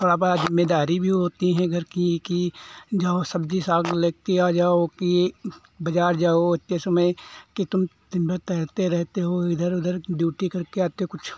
थोड़ी बड़ी जिम्मेदारी भी होती है घर की कि जाओ सब्ज़ी साग लेकर आ जाओ कि बाज़ार जाओ इतने समय कि तुम दिनभर तैरते रहते हो इधर उधर ड्यूटी करके आते हो कुछ